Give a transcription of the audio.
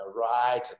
right